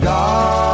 God